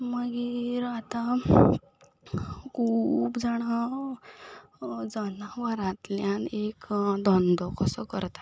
मागीर आतां खूब जाणां जनावरांतल्यान एक धंदो कसो करतात